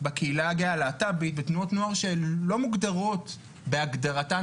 בקהילה הגאה בתנועות נוער שהן לא מוגדרות כלהט"ביות.